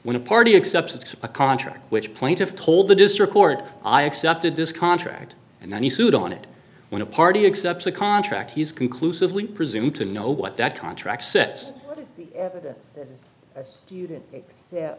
when a party except it's a contract which plaintiff told the district court i accepted this contract and then he sued on it when a party accept the contract he's conclusively presume to know what that contract sits